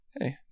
Hey